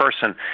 person